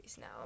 now